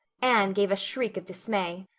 anne gave a shriek of dismay.